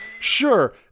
Sure